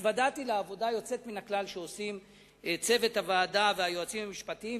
התוודעתי לעבודה יוצאת מן הכלל שעושה צוות הוועדה והיועצים המשפטיים,